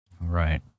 Right